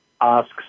asks